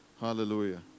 hallelujah